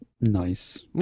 nice